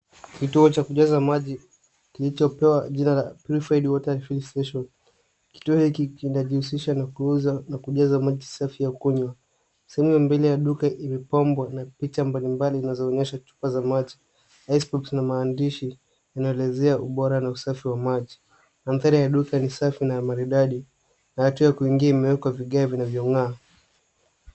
Kituo cha kujaza maji, kilicho pewa jina ya purified water filling station . Kituo hiki inajihusisha na kuuza na kujaza maji safi ya kukunywa. Sehemu ya mbele ya duka imepambwa na picha mbali mbali inachoonyesha chupa za maji na maandishi inayoelezea ubora na usafi wa maji. Maandari ya duka ni safi na maridadi na hatua ya kuingia imewekwa vigae vinavyo ngaa.